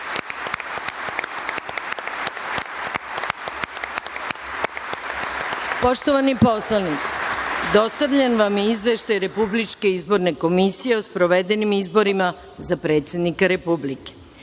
narodni poslanici, dostavljen vam je Izveštaj Republičke izborne komisije o sprovedenim izborima za predsednika Republike.